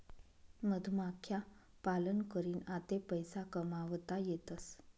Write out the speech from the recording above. मधमाख्या पालन करीन आते पैसा कमावता येतसं